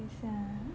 等一下啊